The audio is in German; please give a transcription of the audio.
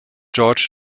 george